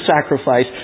sacrifice